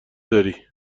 داری